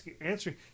answering